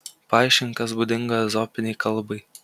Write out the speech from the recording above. paaiškink kas būdinga ezopinei kalbai